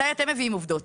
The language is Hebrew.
מתי אתם מביאים עובדות?